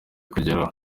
kugeraho